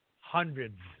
hundreds